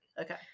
Okay